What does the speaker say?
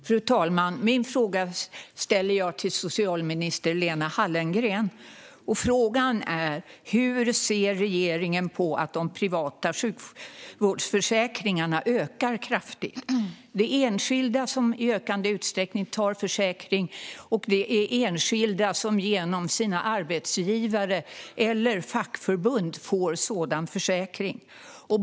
Fru talman! Min fråga ställer jag till socialminister Lena Hallengren: Hur ser regeringen på att de privata sjukvårdsförsäkringarna ökar kraftigt? Det är enskilda som i ökande utsträckning tecknar försäkring, och det är enskilda som genom sina arbetsgivare eller fackförbund får sådan försäkring.